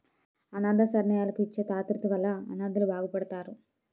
అనాధ శరణాలయాలకు ఇచ్చే తాతృత్వాల వలన అనాధలు బాగుపడతారు